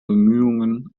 bemühungen